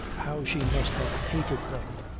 how she must have hated them!